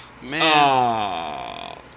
Man